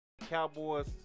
Cowboys